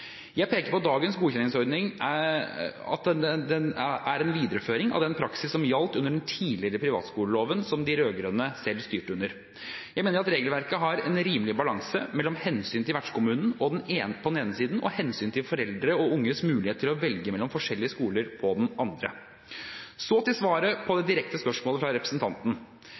Jeg peker på at dagens godkjenningsordning er en videreføring av den praksis som gjaldt under den tidligere privatskoleloven, som de rød-grønne selv styrte under. Jeg mener at regelverket har en rimelig balanse mellom hensynet til vertskommunen på den ene siden og hensynet til foreldre og unges mulighet til å velge mellom forskjellige skoler på den andre. Så til svaret på det direkte spørsmålet fra representanten: